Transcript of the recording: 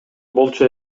болчу